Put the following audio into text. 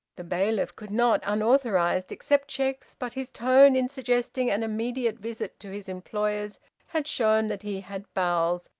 the bailiff could not, unauthorised, accept cheques, but his tone in suggesting an immediate visit to his employers had shown that he had bowels,